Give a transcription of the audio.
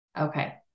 Okay